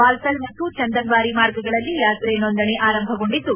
ಬಾಲ್ತಲ್ ಮತ್ತು ಚಂದನ್ವಾರಿ ಮಾರ್ಗಗಳಲ್ಲಿ ಯಾತ್ರೆ ನೋಂದಣಿ ಆರಂಭಗೊಂಡಿದ್ದು